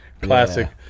classic